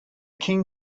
king